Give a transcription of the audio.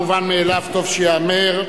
המובן מאליו טוב שייאמר.